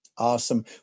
Awesome